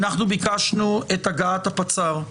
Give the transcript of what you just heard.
אנחנו ביקשנו את הגעת הפצ"ר.